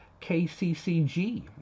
KCCG